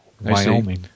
Wyoming